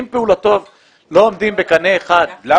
אם פעולותיו לא עומדות בקנה אחד --- מה